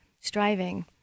striving